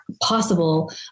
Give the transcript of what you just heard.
possible